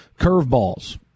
curveballs